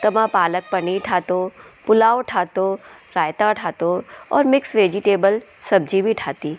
त मां पालक पनीर ठाहियो पुलाउ ठाहियो रायता ठाहियो और मिक्स वैजिटेबल सब्जी बि ठाही